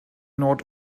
nord